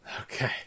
Okay